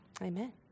Amen